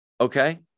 okay